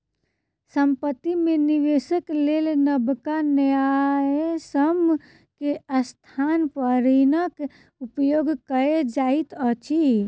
संपत्ति में निवेशक लेल नबका न्यायसम्य के स्थान पर ऋणक उपयोग कयल जाइत अछि